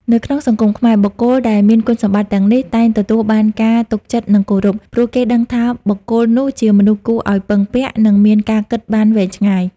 នៅក្នុងសង្គមខ្មែរ បុគ្គលដែលមានគុណសម្បត្តិទាំងនេះ តែងទទួលបានការ ទុកចិត្ត និង គោរព ព្រោះគេដឹងថាបុគ្គលនោះជាមនុស្សគួរឱ្យពឹងពាក់ និងមានការគិតបានវែងឆ្ងាយ។